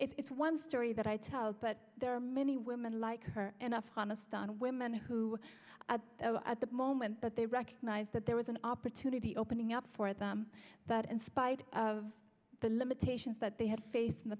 case it's one story that i tell but there are many women like her in afghanistan women who at the moment but they recognize that there was an opportunity opening up for them that and spite of the limitations that they had faced in the